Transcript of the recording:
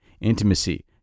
intimacy